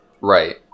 Right